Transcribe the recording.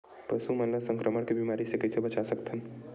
पशु मन ला संक्रमण के बीमारी से कइसे बचा सकथन?